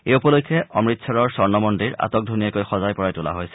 এই উপলক্ষে অমৃতচৰৰ স্বৰ্ণ মন্দিৰ আটকধুনীয়াকৈ সজাই পৰাই তোলা হৈছে